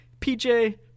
PJ